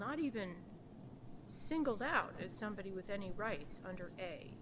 not even singled out as somebody with any rights under a